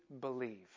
believe